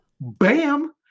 Bam